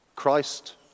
Christ